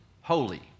holy